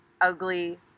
ugly